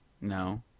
No